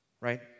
right